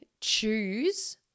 choose